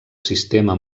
sistema